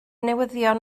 newyddion